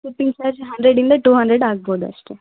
shipping charge ಹಂಡ್ರೆಡ್ಡಿಂದ two hundred ಆಗ್ಬೋದು ಅಷ್ಟೇ